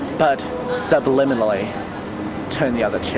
but subliminally turn the other cheek.